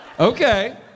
Okay